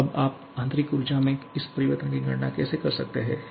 और अब आप आंतरिक ऊर्जा में इस परिवर्तन की गणना कैसे कर सकते हैं